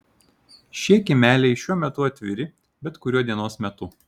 šie kiemeliai šiuo metu atviri bet kuriuo dienos metu